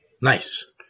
Nice